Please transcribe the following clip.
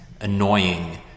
annoying